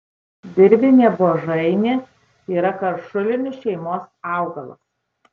dirvinė buožainė yra karšulinių šeimos augalas